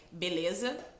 beleza